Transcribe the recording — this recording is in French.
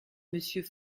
monsieur